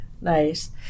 Nice